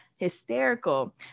hysterical